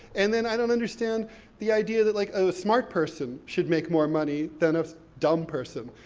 and then i don't understand the idea that, like, a smart person should make more money than a dumb person.